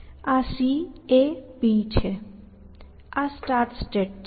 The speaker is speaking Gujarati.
આ C A B છે આ સ્ટાર્ટ સ્ટેટ છે